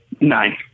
Nine